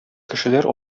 кешеләр